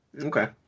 Okay